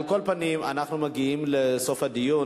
על כל פנים, אנחנו מגיעים לסוף הדיון.